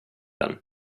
den